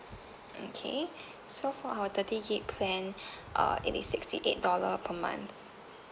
okay so for our thirty GIG plan uh it is sixty eight dollar per month